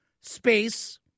space